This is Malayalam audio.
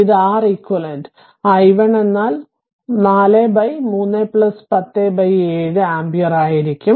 ഇത് Req അതിനാൽ i1 എന്നാൽ 4 3 107 ആമ്പിയർ ആയിരിക്കും